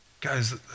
Guys